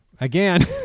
Again